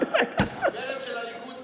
זה היה טוב,